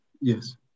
yes